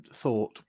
thought